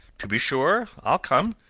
to be sure, i'll come,